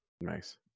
Nice